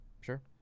Sure